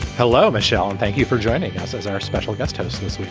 hello, michelle. and thank you for joining us as our special guest host this week.